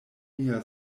mia